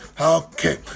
Okay